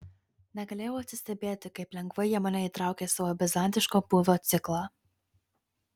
negalėjau atsistebėti kaip lengvai jie mane įtraukė į savo bizantiško būvio ciklą